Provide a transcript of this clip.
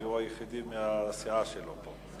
כי הוא היחידי מהסיעה שלו פה.